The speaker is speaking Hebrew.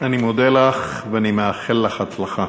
אני מודה לך ואני מאחל לך הצלחה.